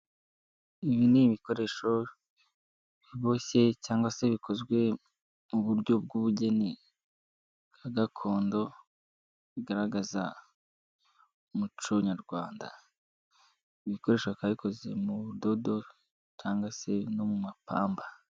Ibi ni ibikoresho biboshye cyangwa se bikozwe mu buryo bw'ubugeni nka gakondo, bigaragaza umuco nyarwanda, ibi bikoresho twabikoze mu budodo cyangwa se no mu mapamba.